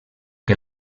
que